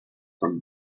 from